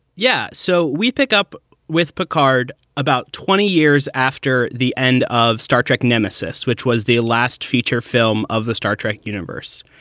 yeah. so we pick up with picard about twenty years after the end of star trek nemesis, which was the last feature film of the star trek universe.